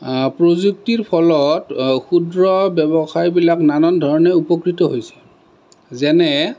প্ৰযুক্তিৰ ফলত ক্ষুদ্ৰ ব্যৱসায়বিলাক নানান ধৰণে উপকৃত হৈছে যেনে